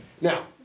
Now